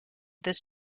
this